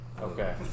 Okay